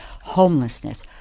homelessness